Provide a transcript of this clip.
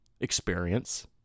experience